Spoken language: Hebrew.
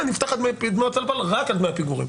אני אפתח תיק בהוצאה לפועל רק על דמי פיגורים.